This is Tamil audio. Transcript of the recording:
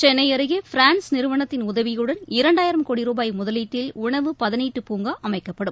சென்னை அருகே பிரான்ஸ் நிறுவனத்தின் உதவியுடன் இரண்டாயிரம் கோடி ரூபாய் முதலீட்டில் உணவு பதனீட்டுப் பூங்கா அமைக்கப்படும்